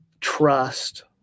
trust